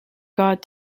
god